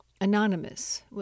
anonymous